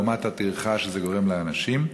לעומת הטרחה שזה גורם לאנשים?